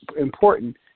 important